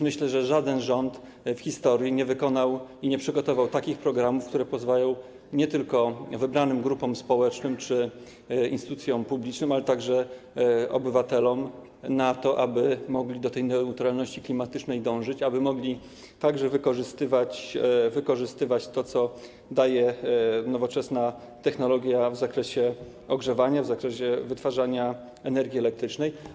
Myślę, że żaden rząd w historii nie wykonał i nie przygotował takich programów, które pozwalają nie tylko wybranym grupom społecznym czy instytucjom publicznym, ale także obywatelom na to, aby mogli do tej neutralności klimatycznej dążyć, aby mogli także wykorzystywać to, co daje nowoczesna technologia, w zakresie ogrzewania, w zakresie wytwarzania energii elektrycznej.